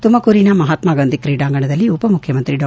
ತುಮಕೂರಿನ ಮಹತ್ನಾಗಾಂಧಿ ಕ್ರೀಡಾಂಗಣದಲ್ಲಿ ಉಪಮುಖ್ಯಮಂತ್ರಿ ಡಾ